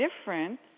different